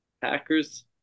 Packers